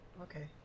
okay